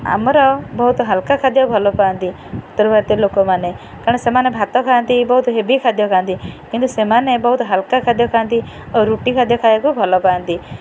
ଆମର ବହୁତ ହାଲକା ଖାଦ୍ୟ ଭଲ ପାଆନ୍ତି ଉତ୍ତର ଭାରତୀୟ ଲୋକମାନେ କାରଣ ସେମାନେ ଭାତ ଖାଆନ୍ତି ବହୁତ ହେଭି ଖାଦ୍ୟ ଖାଆନ୍ତି କିନ୍ତୁ ସେମାନେ ବହୁତ ହାଲ୍କା ଖାଦ୍ୟ ଖାଆନ୍ତି ଆଉ ରୁଟି ଖାଦ୍ୟ ଖାଇବାକୁ ଭଲ ପାଆନ୍ତି